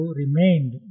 remained